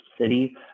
city